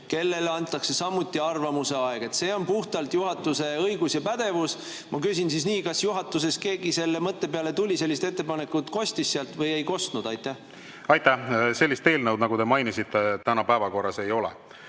kellele antakse samuti arvamuse avaldamiseks aega. See on puhtalt juhatuse õigus ja pädevus. Ma küsin siis nii: kas juhatuses keegi selle mõtte peale tuli ja kas sellist ettepanekut kostis sealt või ei kostnud? Aitäh! Sellist eelnõu, nagu te mainisite, täna päevakorras ei ole.